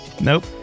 nope